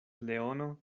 leono